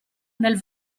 nel